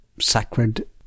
sacred